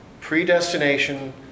predestination